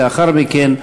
לאחר מכן,